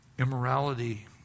Immorality